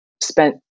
spent